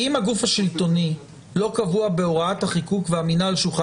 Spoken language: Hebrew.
מה זה הגוף קיבל חיווי על כך שהמסר הוצג